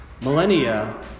millennia